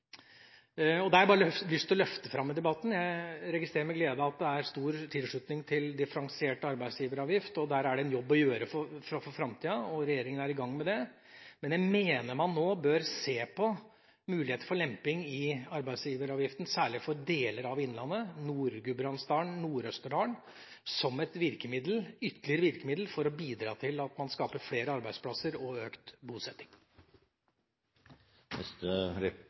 jeg bare lyst til å løfte fram i debatten. Jeg registrerer med glede at det er stor tilslutning til differensiert arbeidsgiveravgift. Der er det en jobb å gjøre for framtida, og regjeringa er i gang med det. Men jeg mener man nå bør se på muligheter for lemping i arbeidsgiveravgiften, særlig for deler av innlandet – Nord-Gudbrandsdalen, Nord-Østerdalen – som et ytterligere virkemiddel for å bidra til at man skaper flere arbeidsplasser og økt